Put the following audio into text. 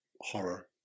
horror